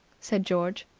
said george.